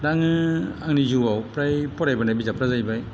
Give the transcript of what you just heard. आङो आंनि जिउआव फ्राय फरायबोनाय बिजाबफ्रा जाहैबाय